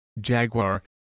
Jaguar